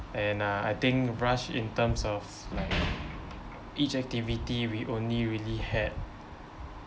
and uh I think rush in terms of like each activity we only really had